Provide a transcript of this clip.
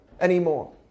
anymore